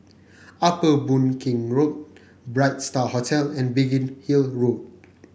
Upper Boon Keng Road Bright Star Hotel and Biggin Hill Road